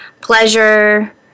pleasure